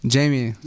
Jamie